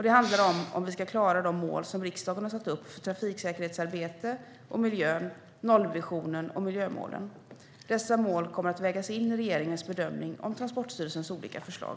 Det handlar om att vi ska klara de mål som riksdagen har satt upp för trafiksäkerhetsarbetet och miljön, nollvisionen och miljömålen. Dessa mål kommer att vägas in i regeringens bedömning av Transportstyrelsens olika förslag.